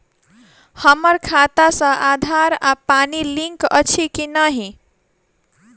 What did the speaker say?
हम्मर खाता सऽ आधार आ पानि लिंक अछि की नहि?